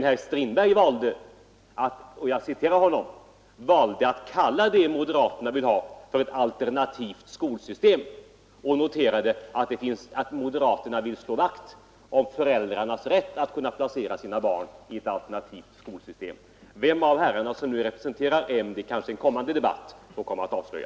Herr Strindberg valde däremot — jag citerar honom — att kalla det moderaterna vill ha ett alternativt skolsystem och förklarade att moderaterna vill slå vakt om föräldrarnas rätt att placera sina barn i ett alternativt system. Vilken av herrarna som verkligen representerar moderata samlingspartiet kanske en kommande debatt får avslöja.